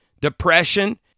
depression